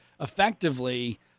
effectively